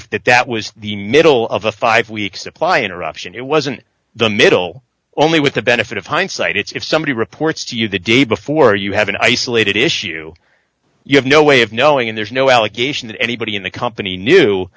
brief that that was the middle of a five week supply interruption it wasn't the middle only with the benefit of hindsight if somebody reports to you the day before you have an isolated issue you have no way of knowing and there's no allegation that anybody in the company knew